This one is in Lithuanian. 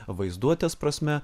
vaizduotės prasme